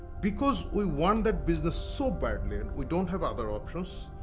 because we want that business so badly, and we don't have other options,